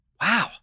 Wow